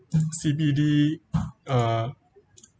C_B_D uh